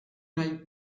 n’aille